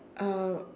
uh